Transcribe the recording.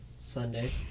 Sunday